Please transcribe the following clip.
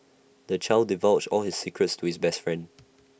the child divulged all his secrets to his best friend